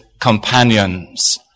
companions